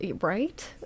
right